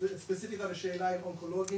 ספציפית על השאלה עם אונקולוגים,